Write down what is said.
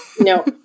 No